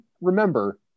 Remember